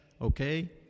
okay